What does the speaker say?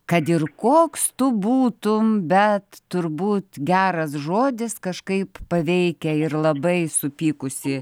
kad ir koks tu būtum bet turbūt geras žodis kažkaip paveikia ir labai supykusį